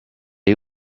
est